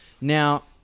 Now